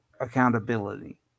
Accountability